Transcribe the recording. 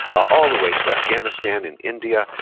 all the way to afghanistan and india.